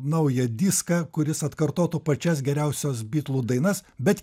naują diską kuris atkartotų pačias geriausias bitlų dainas bet